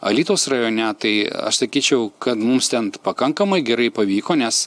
alytaus rajone tai aš sakyčiau kad mums ten pakankamai gerai pavyko nes